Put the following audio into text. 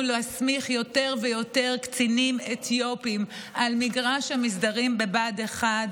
להסמיך יותר ויותר קצינים אתיופים על מגרש המסדרים בבה"ד 1,